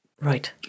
Right